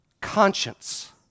conscience